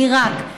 עיראק,